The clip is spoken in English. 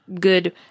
good